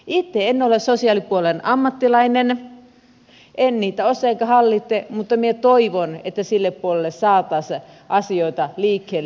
itse en ole sosiaalipuolen ammattilainen en niitä osaa enkä hallitse mutta toivon että sillä puolella saataisiin asioita liikkeelle